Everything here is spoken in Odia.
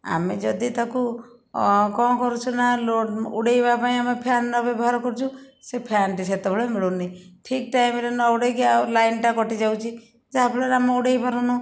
ଆମେ ଯଦି ତାକୁ କ'ଣ କରୁଛୁ ନା ଲୋଡ଼ ଉଡ଼େଇବା ପାଇଁ ଆମେ ଫ୍ୟାନ୍ର ବ୍ୟବହାର କରୁଛୁ ସେ ଫ୍ୟାନ୍ଟି ସେତେବେଳେ ମିଳୁନି ଠିକ୍ ଟାଇମରେ ନ ଉଡ଼େଇକି ଆଉ ଲାଇନଟା କଟି ଯାଉଛି ଯାହା ଫଳରେ ଆମେ ଉଡ଼େଇ ପାରୁନୁ